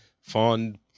fond